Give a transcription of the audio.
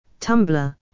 Tumblr